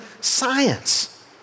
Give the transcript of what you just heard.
science